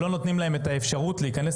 שלא נותנים להם אפשרות להיכנס,